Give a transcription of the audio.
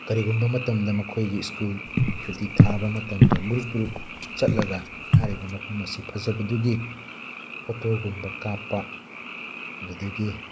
ꯀꯔꯤꯒꯨꯝꯕ ꯃꯇꯝꯗ ꯃꯈꯣꯏꯒꯤ ꯁ꯭ꯀꯨꯜ ꯁꯨꯇꯤ ꯊꯥꯕ ꯃꯇꯝꯗ ꯒ꯭ꯔꯨꯞ ꯒ꯭ꯔꯨꯞ ꯆꯠꯂꯒ ꯍꯥꯏꯔꯤꯕ ꯃꯐꯝ ꯑꯁꯤ ꯐꯖꯕꯗꯨꯒꯤ ꯐꯣꯇꯣꯒꯨꯝꯕ ꯀꯥꯞꯄ ꯑꯗꯨꯗꯒꯤ